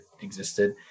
existed